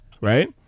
right